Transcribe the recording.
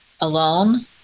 Alone